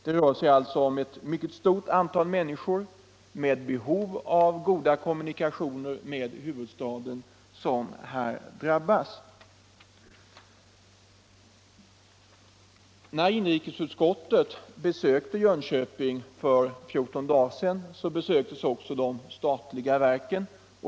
Det är sålunda ett stort antal människor med behov av goda kommunikationer med huvudstaden som här drabbas. När inrikesutskottet besökte Jönköping för fjorton dagar sedan, besöktes också de statliga verken.